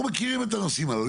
אנחנו מכירים את הנושאים הללו.